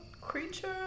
creature